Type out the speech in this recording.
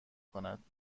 کند